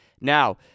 Now